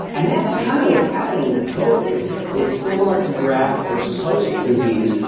and that's kind of what's happening with covid is, it's similar to graft versus host disease,